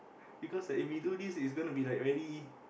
because like if we do this is going to be very